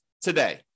today